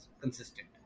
consistent